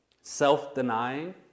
self-denying